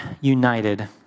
united